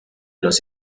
los